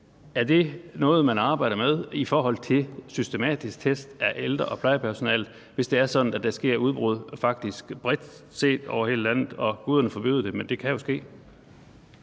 Er det noget, man arbejder med, altså systematisk test af ældre og plejepersonale, hvis det er sådan, at der faktisk sker udbrud bredt set over hele landet? Guderne forbyde det, men det kan jo ske.